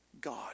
God